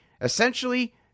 Essentially